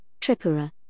Tripura